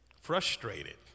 frustrated